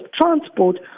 transport